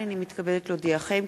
הנני מתכבדת להודיעכם,